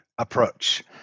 approach